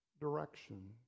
direction